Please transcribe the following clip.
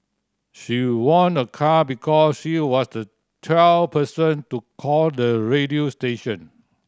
she won a car because she was the twelfth person to call the radio station